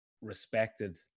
respected